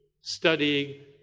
studying